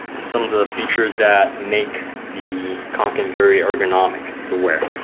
some of the features that make the kanken very ergonomic to wear.